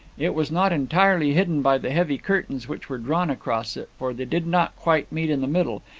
it was not entirely hidden by the heavy curtains which were drawn across it, for they did not quite meet in the middle,